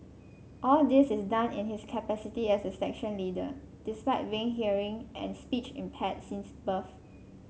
all this is done in his capacity as a section leader despite being hearing and speech impaired since birth